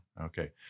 Okay